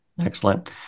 Excellent